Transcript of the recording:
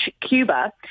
Cuba